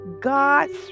God's